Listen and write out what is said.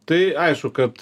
tai aišku kad